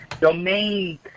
domain